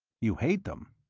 you hate them?